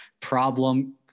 problem